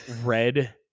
red